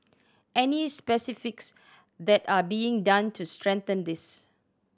any specifics that are being done to strengthen this